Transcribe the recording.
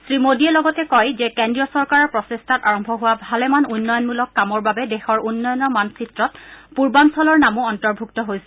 শ্ৰীমোডীয়ে লগতে কয় যে কেন্দ্ৰীয় চৰকাৰৰ প্ৰচেষ্টাত আৰম্ভ হোৱা ভালেমান উন্নয়নমূলক কামৰ বাবে দেশৰ উন্নয়নৰ মানচিত্ৰত পূৰ্বাঞ্চলৰ নামো অন্তৰ্ভুক্ত হৈছে